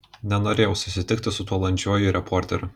nenorėjau susitikti su tuo landžiuoju reporteriu